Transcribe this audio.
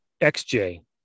XJ